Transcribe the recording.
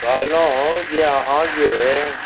कहलहुँ जे अहाँ जे